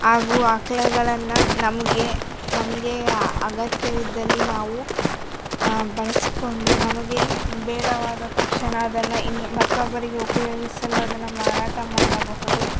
ಹಾಗೂ ಆಕ್ಳುಗಳನ್ನ ನಮಗೆ ನಮಗೆ ಅಗತ್ಯವಿದ್ದಲ್ಲಿ ನಾವು ಬಳಸಿಕೊಂಡು ನಮಗೆ ಬೇಡವಾದ ತಕ್ಷಣ ಅದನ್ನು ಇನ್ನು ಮತ್ತೊಬ್ಬರಿಗೆ ಉಪಯೋಗಿಸಲು ಅದನ್ನು ಮಾರಾಟ ಮಾಡಬಹುದು